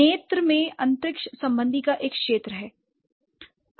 नेत्र में अंतरिक्ष संबंध का एक क्षेत्र है